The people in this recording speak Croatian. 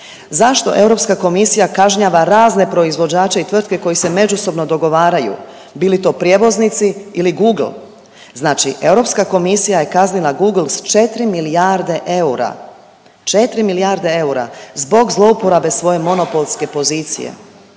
Zašto Europska komisija kažnjava razne proizvođače i tvrtke koji se međusobno dogovaraju bili to prijevoznici ili Google. Znači Europska komisija je kaznila Google s četiri milijarde eura, četiri milijarde eura zbog zlouporabe svoje monopolske pozicije.